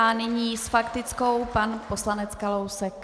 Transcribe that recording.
Nyní s faktickou pan poslanec Kalousek.